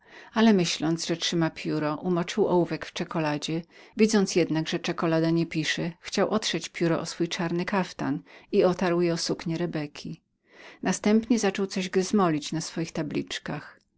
ale w myśli że trzyma pióro umoczył ołówek w czekuladzie widząc jednak że czekulada nie pisała chciał otrzeć pióro o swój czarny kaftan i otarł je o suknię rebeki następnie zaczął coś gryzmolić na swoich tabliczkach